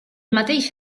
mateix